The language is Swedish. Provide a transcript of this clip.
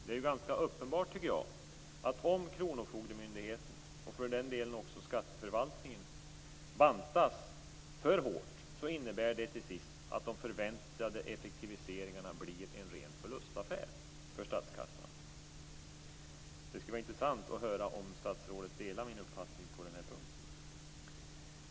Det är ganska uppenbart att om kronofogdemyndigheten, och för den delen även skatteförvaltningen, bantas för hårt så innebär det till sist att de förväntade effektiviseringarna blir en ren förlustaffär för statskassan. Det skulle vara intressant att höra om statsrådet delar min uppfattning på denna punkt.